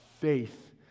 faith